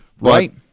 right